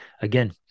Again